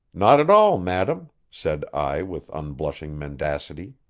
not at all, madam, said i with unblushing mendacity.